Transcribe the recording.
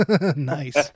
Nice